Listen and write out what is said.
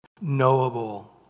knowable